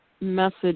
message